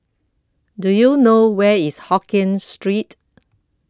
Do YOU know Where IS Hokkien Street